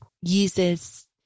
uses